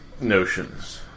notions